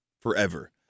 forever